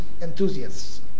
enthusiasts